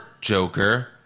Joker